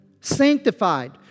Sanctified